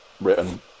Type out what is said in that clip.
written